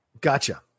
Gotcha